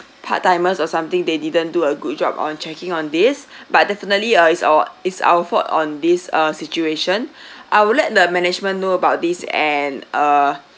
part timers or something they didn't do a good job on checking on this but definitely uh is our is our fault on this uh situation I would let the management know about this and uh